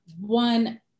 One